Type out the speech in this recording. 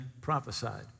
prophesied